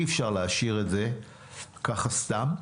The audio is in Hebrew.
אי אפשר להשאיר את זה ככה סתם,